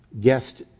guest